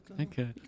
Okay